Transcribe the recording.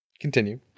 Continue